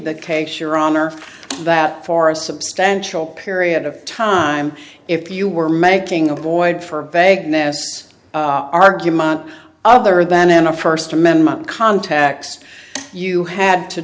that case your honor that for a substantial period of time if you were making a void for vagueness argument other than in a first amendment context you had to